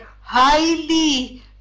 highly